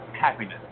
happiness